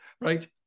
right